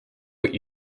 what